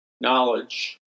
knowledge